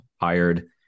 hired